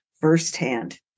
firsthand